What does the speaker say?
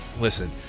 Listen